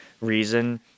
reason